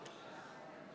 נוכח